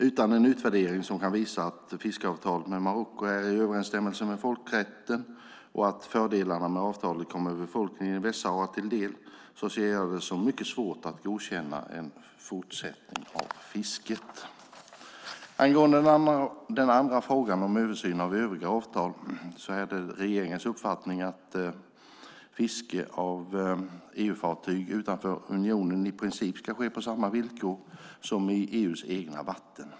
Utan en utvärdering som kan visa att fiskeavtalet med Marocko är i överensstämmelse med folkrätten och att fördelarna med avtalet kommer befolkningen i Västsahara till del ser jag det som mycket svårt att godkänna en fortsättning av fisket. Angående den andra frågan om översynen av övriga avtal är det regeringens uppfattning att fiske av EU-fartyg utanför unionen i princip ska ske på samma villkor som i EU:s egna vatten.